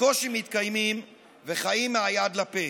בקושי מתקיימים וחיים מהיד לפה.